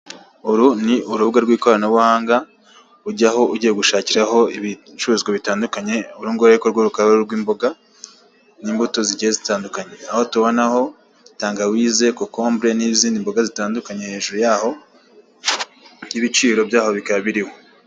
Uru ni urubuga rw'ikoranabuhanga ujyaho ugiye gushakiraho ibicuruzwa bitandukanye uru nguru ariko rwo rukaba ari urw'imboga n'imbuto zigeye zitandukanye, aho tubonaho tangawize, kokombure n'izindi mboga zitandukanye, hejuru yaho n'ibiciro byaho bikaba biriho.